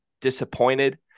disappointed